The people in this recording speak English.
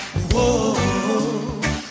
Whoa